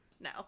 No